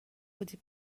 بودی